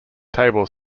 table